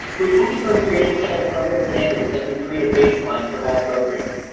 we focused on creating a set of program standards that would create a baseline for all programming.